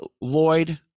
Lloyd